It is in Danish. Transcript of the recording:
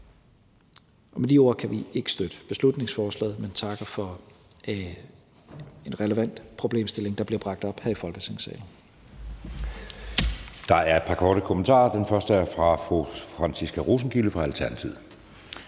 Med de ord kan vi ikke støtte beslutningsforslaget, men takker for, at en relevant problemstilling bliver bragt op her i Folketingssalen.